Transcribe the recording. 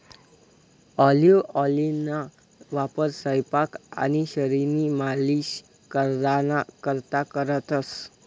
olive ऑइलना वापर सयपाक आणि शरीरनी मालिश कराना करता करतंस